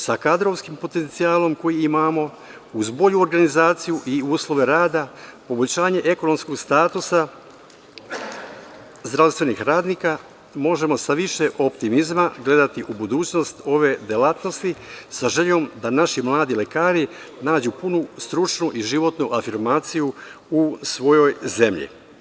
Sa kadrovskim potencijalom koji imamo, uz bolju organizaciju i uslove rada i poboljšanje ekonomskog statusa zdravstvenih radnika, možemo sa više optimizma gledati u budućnost ove delatnosti, sa željom da naši mladi lekari nađu punu stručnu i životnu afirmaciju u svojoj zemlji.